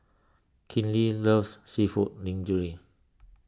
Kinley loves Seafood Linguine